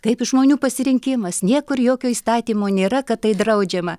kaip žmonių pasirinkimas niekur jokio įstatymo nėra kad tai draudžiama